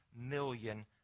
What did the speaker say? million